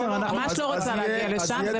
אני ממש לא רוצה להגיע לשם,